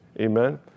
Amen